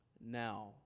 now